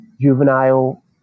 juvenile